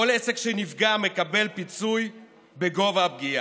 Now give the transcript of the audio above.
כל עסק שנפגע מקבל פיצוי בגובה הפגיעה,